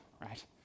right